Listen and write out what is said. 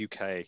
UK